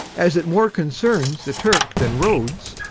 as it more concerns the turk than rhodes,